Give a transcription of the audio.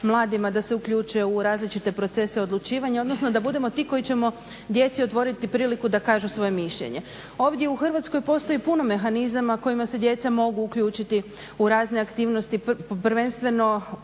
mladima da se uključe u različite procese odlučivanja, odnosno da budemo ti koji ćemo djeci otvoriti priliku da kažu svoje mišljenje. Ovdje u Hrvatskoj postoji puno mehanizama kojima se djeca mogu uključiti u razne aktivnosti prvenstveno